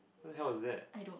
what the hell was that